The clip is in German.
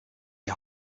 die